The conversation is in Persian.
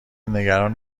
نگران